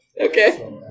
okay